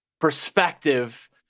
perspective